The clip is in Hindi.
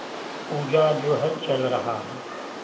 पूजा जो है चल रहा है